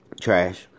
trash